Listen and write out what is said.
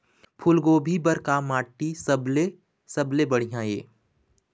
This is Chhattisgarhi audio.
फूलगोभी बर का माटी सबले सबले बढ़िया ये?